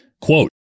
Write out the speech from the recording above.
Quote